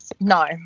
No